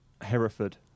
Hereford